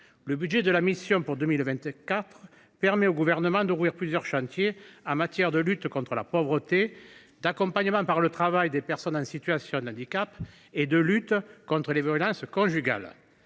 Le budget de la mission pour 2024 permet au Gouvernement d’ouvrir plusieurs chantiers en matière de lutte contre la pauvreté, d’accompagnement par le travail des personnes en situation de handicap, ainsi que de lutte contre les violences conjugales.